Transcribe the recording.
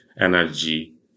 energy